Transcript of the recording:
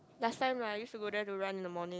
last time I used to go there to run in the morning